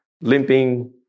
limping